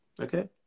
Okay